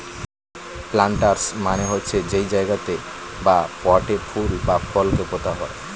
planters মানে হচ্ছে যেই জায়গাতে বা পটে ফুল বা ফল কে পোতা হয়